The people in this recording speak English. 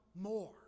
more